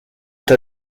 t’a